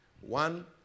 One